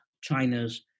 China's